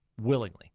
willingly